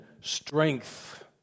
strength